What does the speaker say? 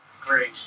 Great